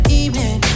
evening